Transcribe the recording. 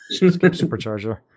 Supercharger